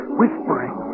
whispering